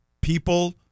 people